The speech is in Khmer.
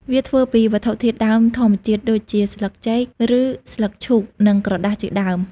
វាធ្វើពីវត្ថុធាតុដើមធម្មជាតិដូចជាស្លឹកចេក ឬស្លឹកឈូក និងក្រដាសជាដើម។